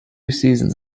seasons